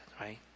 right